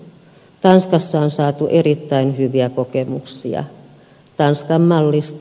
tanskassa on saatu erittäin hyviä kokemuksia tanskan mallista